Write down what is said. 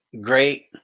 great